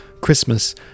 Christmas